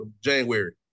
January